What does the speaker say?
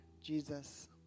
Jesus